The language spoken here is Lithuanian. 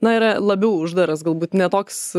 na yra labiau uždaras galbūt ne toks